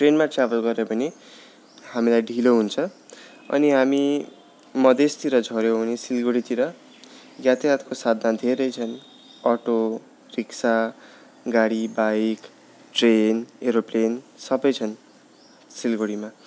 ट्रेनमा ट्राभल गऱ्यो भने हामीलाई ढिलो हुन्छ अनि हामी मधेसतिर झऱ्यौँ भने सिलगढीतिर यातयातको साधन धेरै छन् अटो रिक्सा गाडी बाइक ट्रेन एरोप्लेन सबै छन् सिलगढीमा